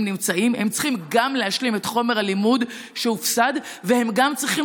הם נמצאים הם צריכים גם להשלים את חומר הלימוד שהופסד והם גם צריכים